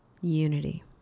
unity